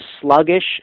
sluggish